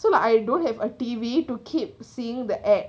so like I don't have a T_V to keep seeing the ad